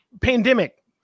pandemic